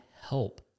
help